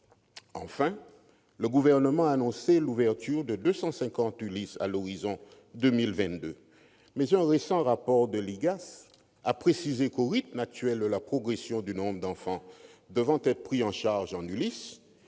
Enfin, le Gouvernement a annoncé l'ouverture de 250 ULIS à l'horizon 2022. Mais, dans un récent rapport, l'IGAS a précisé que, au rythme actuel de progression du nombre d'enfants devant être pris en charge en ULIS,